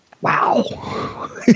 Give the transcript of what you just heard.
Wow